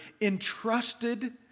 entrusted